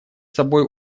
собой